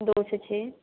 दो से छः